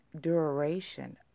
duration